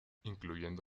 incluyendo